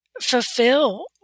fulfill